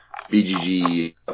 bgg